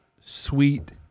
sweet